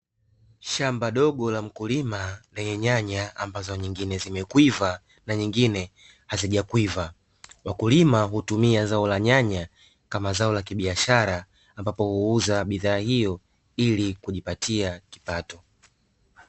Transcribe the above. Shamba dogo la mkulima lenye nyanya, ambazo nyingine zimeiva na nyingine hazijaiva. Wakulima hutumia zao la nyanya kama zao la kibiashara, ambapo huuza bidhaa hiyo ili kujipatia kipato.